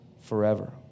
forever